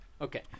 Okay